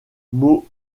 mots